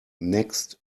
next